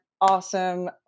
awesome